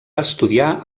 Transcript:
estudiar